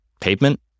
pavement